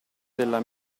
della